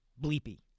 bleepy